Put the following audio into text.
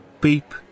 Beep